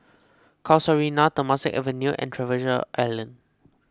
Casuarina Temasek Avenue and Treasure Island